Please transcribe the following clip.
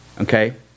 okay